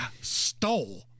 stole